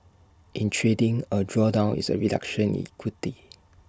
in trading A drawdown is A reduction in equity